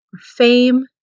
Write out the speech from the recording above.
fame